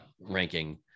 ranking